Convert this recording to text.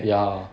ya